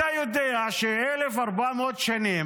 אתה יודע על 1,400 שנים